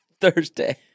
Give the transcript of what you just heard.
Thursday